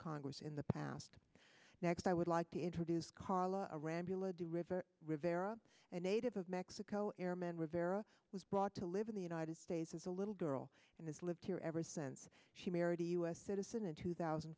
congress in the past next i would like to introduce carla ramiele of the river rivera a native of mexico airmen were vera was brought to live in the united states as a little girl and has lived here ever since she married a u s citizen in two thousand